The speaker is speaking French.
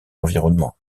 environnement